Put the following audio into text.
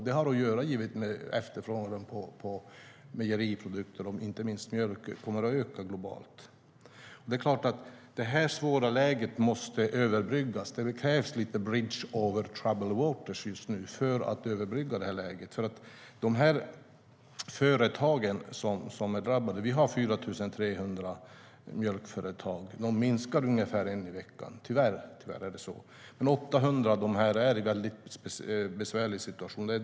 Det har att göra med att efterfrågan på mejeriprodukter, inte minst mjölk, kommer att öka globalt. Det svåra läget måste såklart överbryggas. Det krävs lite Bridge over Troubled Water just nu, för att överbrygga det här läget. Vi har 4 300 mjölkföretag. De minskar tyvärr med ungefär ett i veckan. Och 800 av de drabbade företagen är i en besvärlig situation.